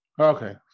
okay